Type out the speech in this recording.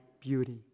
beauty